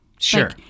Sure